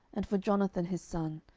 and for jonathan his son,